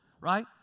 right